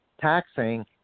taxing